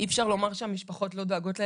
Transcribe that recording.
אפשר להגיד שהמשפחות לא דואגות לילדים,